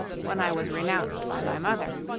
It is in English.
when i was renounced by my mother,